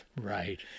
Right